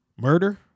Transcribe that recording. murder